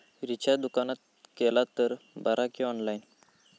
Recharge दुकानात केला तर बरा की ऑनलाइन?